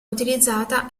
utilizzata